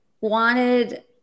wanted